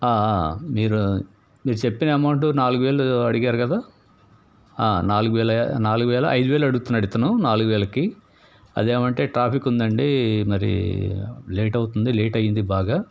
మీరు మీరు చెప్పిన అమౌంట్ నాలుగు వేలు అడిగారు కదా నాలుగు వేలు నాలుగు వేలు ఐదు వేలు అడుగుతున్నాడు ఇతను నాలుగు వేలకి అదేమంటే ట్రాఫిక్ ఉందండి మరి లేట్ అవుతుంది లేట్ అయింది బాగా